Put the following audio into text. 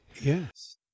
Yes